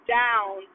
down